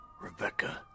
Rebecca